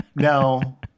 no